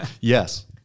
Yes